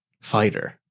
fighter